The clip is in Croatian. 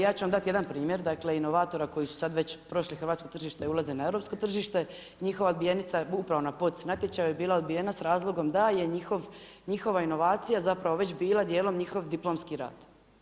Ja ću vam dati jedan primjer, dakle inovatora koji su sad već prošli hrvatsko tržište i ulaze na europsko tržište, njihova odbijenica je upravo na POC natječaju bila odbijena s razlogom da je njihova inovacija zapravo već bila dijelom njihov diplomski rad.